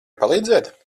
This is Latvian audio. palīdzēt